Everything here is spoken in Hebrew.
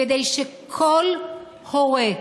כדי שכל הורה,